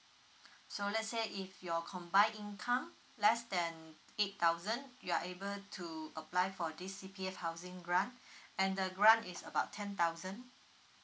so let's say if your combine income less than eight thousand you are able to apply for this C_P_F housing grant and the grant is about ten thousand